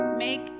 Make